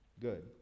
good